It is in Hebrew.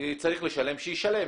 צריך לשלם שיישלם.